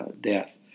death